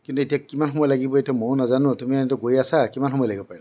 কিন্তু এতিয়া কিমান সময় লাগিব এতিয়া মইও নাজানো তুমিয়েতো গৈ আছা কিমান সময় লাগিব পাৰেনো